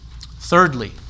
Thirdly